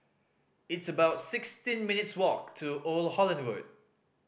it's about sixteen minutes' walk to Old Holland Road